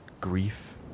grief